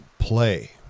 Play